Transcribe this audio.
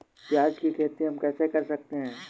प्याज की खेती हम कैसे कर सकते हैं?